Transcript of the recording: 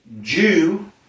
Jew